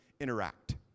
interact